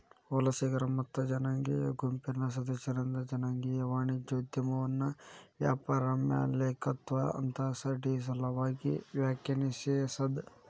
ವಲಸಿಗರ ಮತ್ತ ಜನಾಂಗೇಯ ಗುಂಪಿನ್ ಸದಸ್ಯರಿಂದ್ ಜನಾಂಗೇಯ ವಾಣಿಜ್ಯೋದ್ಯಮವನ್ನ ವ್ಯಾಪಾರ ಮಾಲೇಕತ್ವ ಅಂತ್ ಸಡಿಲವಾಗಿ ವ್ಯಾಖ್ಯಾನಿಸೇದ್